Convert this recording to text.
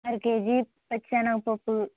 అర కేజీ పచ్చి సెనగపప్పు